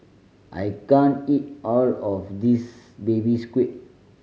I can't eat all of this Baby Squid